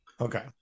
Okay